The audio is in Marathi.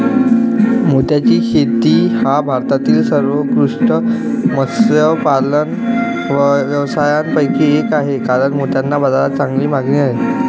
मोत्याची शेती हा भारतातील सर्वोत्कृष्ट मत्स्यपालन व्यवसायांपैकी एक आहे कारण मोत्यांना बाजारात चांगली मागणी आहे